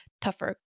tougher